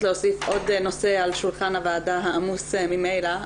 להוסיף עוד נושא על שולחן הוועדה העמוס ממילא,